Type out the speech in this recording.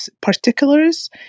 particulars